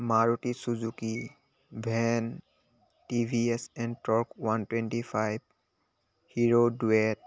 Maruti Suzuki van T V S Ntorq one twenty five Hero ডুৱেট